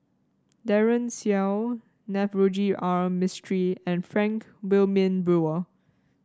Daren Shiau Navroji R Mistri and Frank Wilmin Brewer